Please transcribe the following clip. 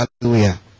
Hallelujah